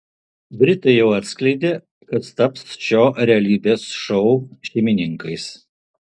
britai jau atskleidė kas taps šio realybės šou šeimininkais